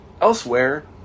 elsewhere